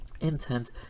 intense